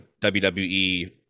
WWE